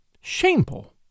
Shameful